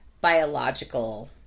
biological